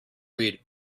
read